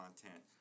content